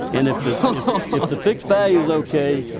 and if the fixed value's okay,